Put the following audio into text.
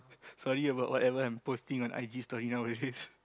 sorry about whatever I'm posting on i_g stories nowadays